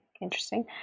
interesting